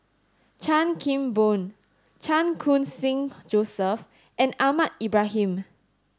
Chan Kim Boon Chan Khun Sing Joseph and Ahmad Ibrahim